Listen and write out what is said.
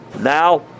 now